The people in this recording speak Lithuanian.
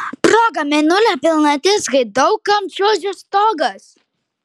proga mėnulio pilnatis kai daug kam čiuožia stogas